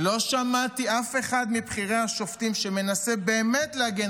לא שמעתי אף אחד מבכירי השופטים מנסה באמת להגן